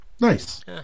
Nice